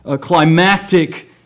climactic